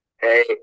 hey